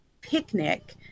picnic